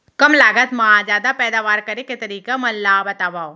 कम लागत मा जादा पैदावार करे के तरीका मन ला बतावव?